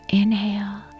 inhale